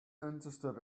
interested